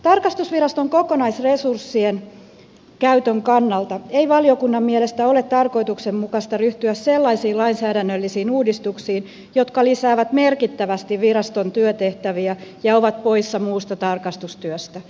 tarkastusviraston kokonaisresurssien käytön kannalta ei valiokunnan mielestä ole tarkoituksenmukaista ryhtyä sellaisiin lainsäädännöllisiin uudistuksiin jotka lisäävät merkittävästi viraston työtehtäviä ja ovat poissa muusta tarkastustyöstä